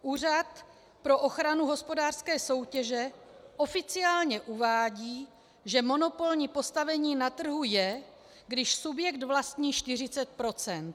Úřad pro ochranu hospodářské soutěže oficiálně uvádí, že monopolní postavení na trhu je, když subjekt vlastní 40 %.